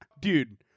Dude